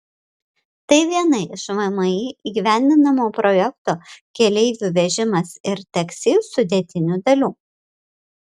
tai viena iš vmi įgyvendinamo projekto keleivių vežimas ir taksi sudėtinių dalių